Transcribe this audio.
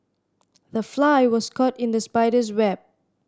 the fly was caught in the spider's web